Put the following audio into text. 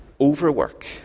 overwork